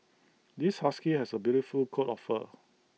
this husky has A beautiful coat of fur